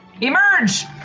Emerge